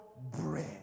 bread